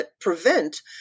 Prevent